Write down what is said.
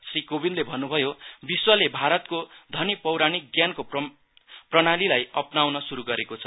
श्री कोविन्दले भन्नभयो विश्वले भारतको धनि पौराणिक ज्ञानको प्रणालीलाई अपनाउन शुरू गरेको छ